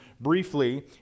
briefly